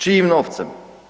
Čijim novcem?